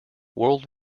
world